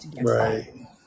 Right